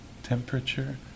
temperature